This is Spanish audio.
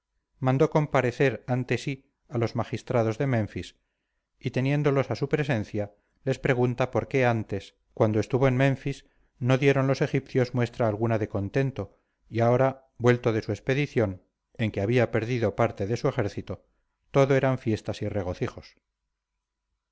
mandó comparecer ante sí a los magistrados de menfis y teniéndolos a su presencia les pregunta por qué antes cuando estuvo en menfis no dieron los egipcios muestra alguna de contento y ahora vuelto de su expedición en que había perdido parte de su ejército todo eran fiestas y regocijos